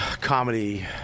comedy